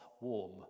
warm